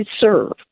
serve